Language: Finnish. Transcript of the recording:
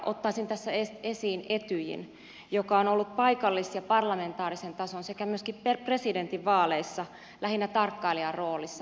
ottaisin tässä esiin etyjin joka on ollut paikallisen ja parlamentaarisen tason sekä myöskin presidentinvaaleissa lähinnä tarkkailijan roolissa